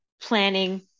planning